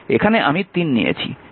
এখানে আমি 3 নিয়েছি